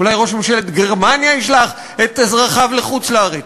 אולי ראש ממשלת גרמניה ישלח את אזרחיו לחוץ-לארץ?